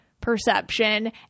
perception